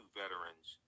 veterans